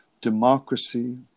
democracy